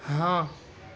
ہاں